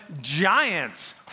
giants